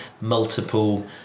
multiple